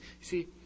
See